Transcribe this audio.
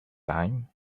time